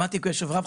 שמעתי בקשב רב.